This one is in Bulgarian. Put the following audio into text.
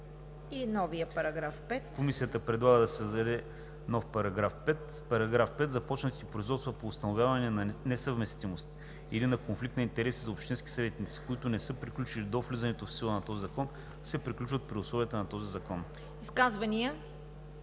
разпоредби“. Комисията предлага да се създаде § 5: „§ 5. Започнатите производства по установяване на несъвместимост или на конфликт на интереси за общински съветници, които не са приключили до влизането в сила на този закон, се приключват при условията на този закон“.“